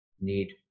need